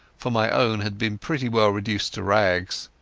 for my own had been pretty well reduced to rags.